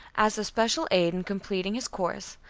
as a special aid in completing his course,